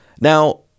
Now